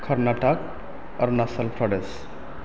Karnataka Arunachal Pradesh